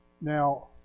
Now